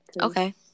Okay